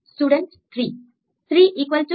student 3 3 equal to